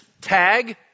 tag